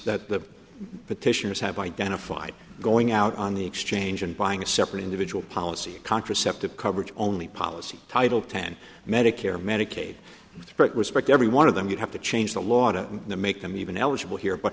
that the petitioners have identified going out on the exchange and buying a separate individual policy contraceptive coverage only policy title ten medicare medicaid with great respect every one of them would have to change the law to make them even eligible here but